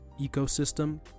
ecosystem